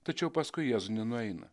tačiau paskui jėzų nenueina